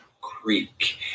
Creek